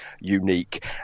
unique